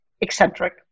eccentric